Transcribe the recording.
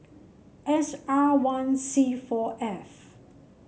S R one C four F